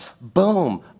Boom